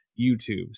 youtube